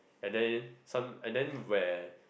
and they some and then where